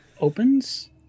opens